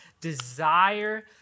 desire